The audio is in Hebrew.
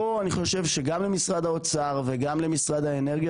פה אני חושב שגם למשרד האוצר וגם למשרד האנרגיה